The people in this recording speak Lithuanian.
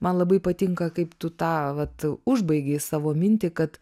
man labai patinka kaip tu tą vat užbaigei savo mintį kad